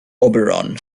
oberon